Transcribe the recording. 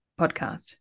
podcast